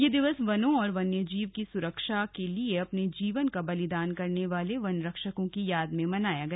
यह दिवस वनों तथा वन्यजीव की सुरक्षा के लिए अपने जीवन का बलिदान करने वाले वन रक्षकों की याद में मनाया गया